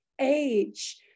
age